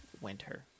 winter